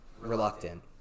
reluctant